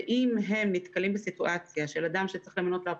ואם הם נתקלים בסיטואציה של אדם שצריך למנות לו אפוטרופוס,